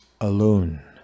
alone